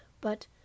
but—